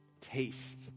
taste